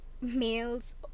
males